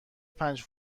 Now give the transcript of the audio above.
پنج